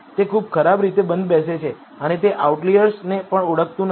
તે ખૂબ ખરાબ રીતે બંધ બેસે છે અને તે આઉટલિઅર્સને પણ ઓળખતું નથી